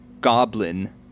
Goblin